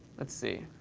let's see.